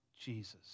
Jesus